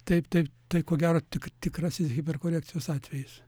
taip taip tai ko gero tik tikrasis hiperkorekcijos atvejis